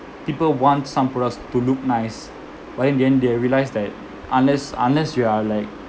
people want some products to look nice but then in the end they realized that unless unless you are like